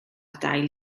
dail